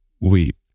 weep